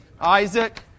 Isaac